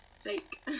fake